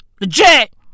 Legit